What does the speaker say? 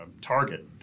Target